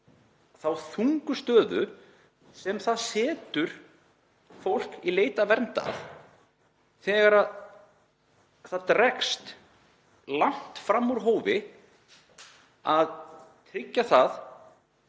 þá þungu stöðu sem það setur fólk í leit að vernd í þegar það dregst langt fram úr hófi að tryggja að